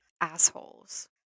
assholes